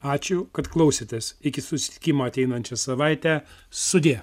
ačiū kad klausėtės iki susitikimo ateinančią savaitę sudie